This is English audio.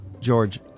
George